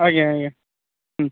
ଆଜ୍ଞା ଆଜ୍ଞା ହୁଁ